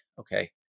okay